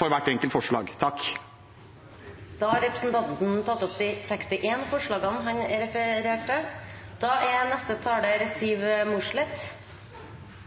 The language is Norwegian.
for hvert enkelt forslag. Da har representanten Bård Hoksrud tatt opp de forslagene han refererte til. Noen ganger virker det som det er